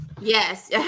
Yes